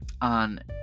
on